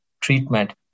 treatment